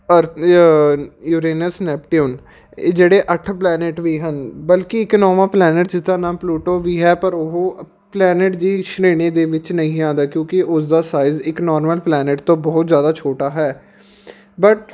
Uranus Neptune ਇਹ ਜਿਹੜੇ ਅੱਠ ਪਲੈਨਟ ਵੀ ਹਨ ਬਲਕੀ ਇੱਕ ਨੋਵਾਂ ਪਲੈਨਟ ਜਿਸਦਾ ਨਾਮ ਪਲੂਟੋ ਵੀ ਹੈ ਪਰ ਉਹ ਪਲੈਨਟ ਦੀ ਸ਼੍ਰੇਣੀ ਦੇ ਵਿੱਚ ਨਹੀਂ ਆਉਂਦਾ ਕਿਉਂਕਿ ਉਸਦਾ ਸਾਈਜ਼ ਇੱਕ ਨੋਰਮਲ ਪਲੈਨਟ ਤੋਂ ਬਹੁਤ ਜ਼ਿਆਦਾ ਛੋਟਾ ਹੈ ਬਟ